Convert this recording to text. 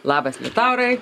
labas liutaurai